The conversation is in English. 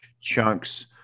chunks